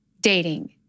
dating